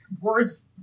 words